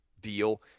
deal